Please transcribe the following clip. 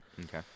Okay